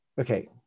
okay